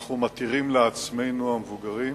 ואנחנו מתירים לעצמנו, המבוגרים.